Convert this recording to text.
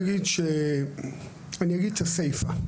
אני אגיד את הסיפה.